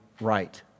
right